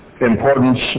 importance